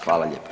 Hvala lijepa.